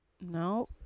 No